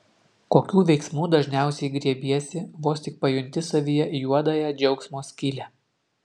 kokių veiksmų dažniausiai griebiesi vos tik pajunti savyje juodąją džiaugsmo skylę